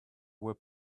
were